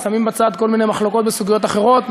אז שמים בצד כל מיני מחלוקות בסוגיות אחרות,